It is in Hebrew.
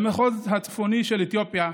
במחוז הצפוני של אתיופיה,